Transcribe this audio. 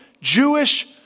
Jewish